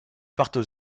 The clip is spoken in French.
partent